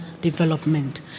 development